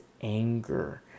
anger